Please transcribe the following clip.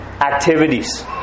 Activities